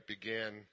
began